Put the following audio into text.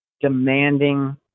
demanding